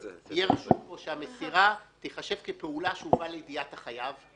שהמסירה תיחשב כפעולה שהובאה לידיעת החייב.